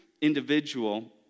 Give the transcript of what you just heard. individual